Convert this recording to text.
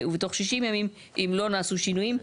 ובתוך 60 ימים אם לא נעשו שינויים.